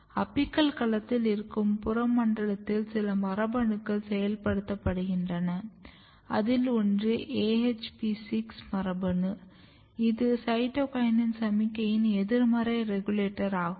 apical களத்தில் இருக்கும் புற மண்டலத்தில் சில மரபணுக்கள் செயல்படுத்தப்படுகின்றன அதில் ஒன்று AHP6 மரபணு இது சைட்டோகினின் சமிக்ஞையின் எதிர்மறை ரெகுலேட்டர் ஆகும்